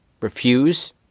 refuse